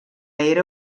era